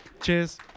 Cheers